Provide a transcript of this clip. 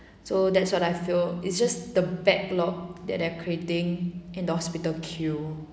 so that's what I feel it's just the backlog that they're creating in the hospital queue